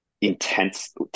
intense